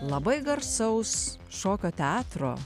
labai garsaus šokio teatro